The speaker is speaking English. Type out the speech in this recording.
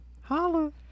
Holla